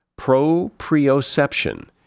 Proprioception